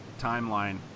timeline